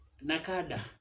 Nakada